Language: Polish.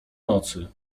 nocy